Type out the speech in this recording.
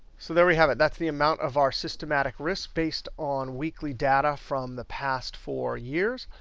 so there we have it. that's the amount of our systematic risk based on weekly data from the past four years.